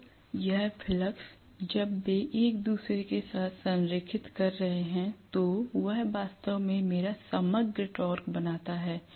अब यह फ्लक्स जब वे एक दूसरे के साथ संरेखित कर रहे हैं तो वह वास्तव में मेरा समग्र टॉर्क बनाता है